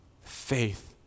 faith